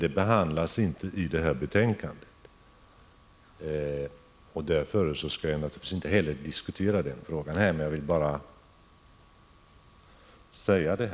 Den saken behandlas emellertid inte i betänkandet, och därför skall jag naturligtvis inte gå in på frågan. Jag vill bara nämna detta.